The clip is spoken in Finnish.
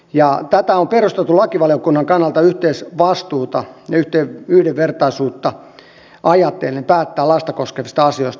ja tätä on perusteltu lakivaliokunnan kannalta yhteisvastuulla ja yhdenvertaisuudella ajatellen päätöksiä lasta koskevista asioista